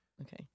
Okay